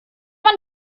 man